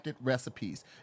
recipes